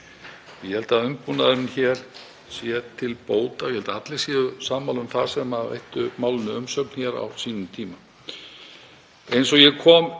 Ég held að umbúnaðurinn hér sé til bóta. Ég held að allir séu sammála um það sem veittu málinu umsögn á sínum tíma.